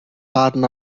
barn